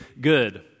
good